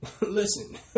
listen